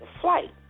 flight